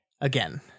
again